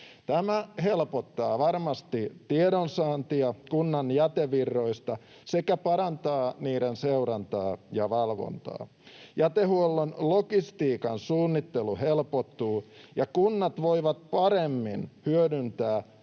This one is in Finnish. Tämä helpottaa varmasti tiedonsaantia kunnan jätevirroista sekä parantaa niiden seurantaa ja valvontaa. Jätehuollon logistiikan suunnittelu helpottuu, ja kunnat voivat paremmin hyödyntää